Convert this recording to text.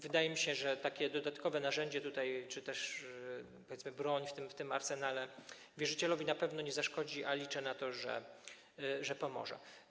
Wydaje mi się, że takie dodatkowe narzędzie czy też, powiedzmy, broń w tym arsenale wierzycielowi na pewno nie zaszkodzi, a liczę na to, że pomoże.